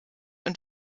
und